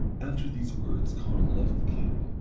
after these words conall left the king,